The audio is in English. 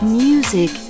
music